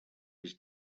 his